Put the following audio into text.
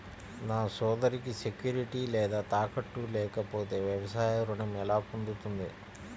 నా సోదరికి సెక్యూరిటీ లేదా తాకట్టు లేకపోతే వ్యవసాయ రుణం ఎలా పొందుతుంది?